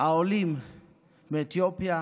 העולים מאתיופיה